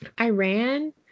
Iran